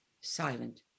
silent